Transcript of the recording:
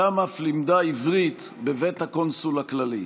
שם אף לימדה עברית בבית הקונסול הכללי.